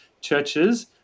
churches